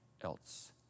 else